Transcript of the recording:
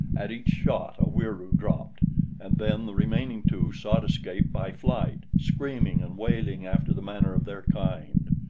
at each shot a wieroo dropped and then the remaining two sought escape by flight, screaming and wailing after the manner of their kind.